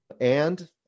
And-